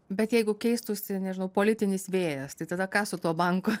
bet jeigu keistųsi ir nežinau politinis vėjas tai tada ką su tuo banku